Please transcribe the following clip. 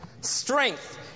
Strength